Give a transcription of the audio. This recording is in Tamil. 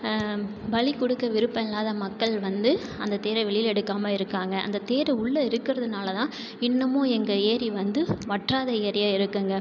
பலி கொடுக்க விருப்பம் இல்லாத மக்கள் வந்து அந்த தேரை வெளியில எடுக்காமல் இருக்காங்க அந்த தேர் உள்ள இருக்கிறதுனால தான் இன்னமும் எங்கள் ஏரி வந்து வற்றாத ஏரியா இருக்குங்க